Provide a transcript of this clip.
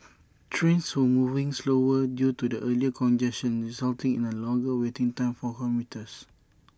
trains were moving slower due to the earlier congestion resulting in A longer waiting time for commuters